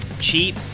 Cheap